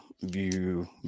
view